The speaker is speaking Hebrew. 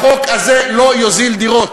החוק הזה לא יוזיל דירות,